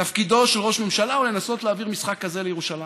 תפקידו של ראש הממשלה הוא לנסות להעביר משחק כזה לירושלים,